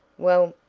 well,